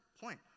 point